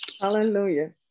Hallelujah